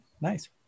nice